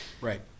Right